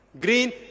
Green